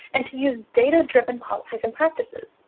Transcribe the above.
and to use data-driven policies and practices.